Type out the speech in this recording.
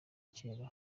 kera